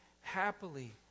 happily